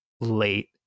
late